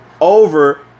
over